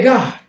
God